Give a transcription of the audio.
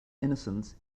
innocence